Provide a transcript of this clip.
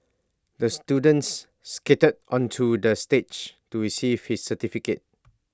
the students skated onto the stage to receive his certificate